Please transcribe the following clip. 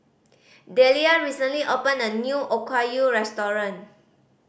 Deliah recently opened a new Okayu Restaurant